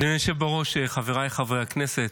אדוני היושב בראש, חבריי חברי הכנסת,